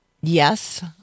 yes